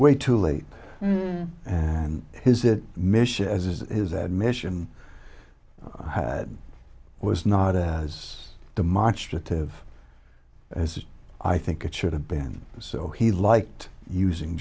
way too late and his that mission as his admission was not as demonstrative as i think it should have been so he liked using